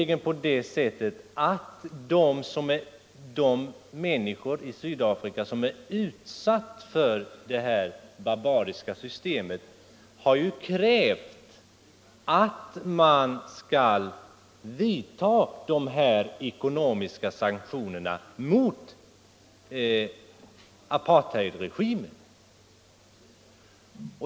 Det förhåller sig nämligen så, att de människor i Sydafrika som är utsatta för det här barbariska systemet har krävt att man skall vidta ekonomiska sanktioner mot apartheidregimen.